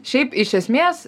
šiaip iš esmės